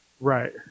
Right